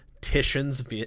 Titian's